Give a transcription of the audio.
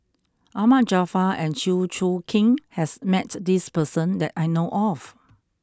Ahmad Jaafar and Chew Choo Keng has met this person that I know of